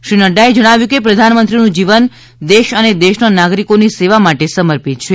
શ્રી નફાએ જણાવ્યું હતું કે પ્રધાનમંત્રીનું જીવન દેશ અને દેશના નાગરિકોની સેવા માટે સમર્પિત છે